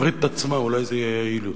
תפריט את עצמה, אולי זה יהיה יעיל יותר.